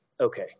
okay